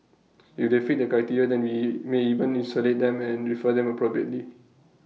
if they fit that criteria then we may even isolate them and refer them appropriately